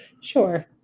Sure